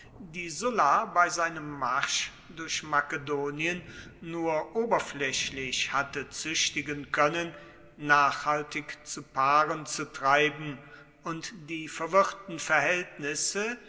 die sulla bei seinem marsch durch makedonien nur oberflächlich hatte züchtigen können nachhaltig zu paaren zu treiben und die verwirrten verhältnisse